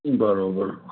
बराबरि